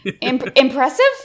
impressive